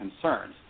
concerns